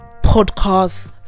podcasts